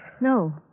No